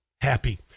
happy